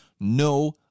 no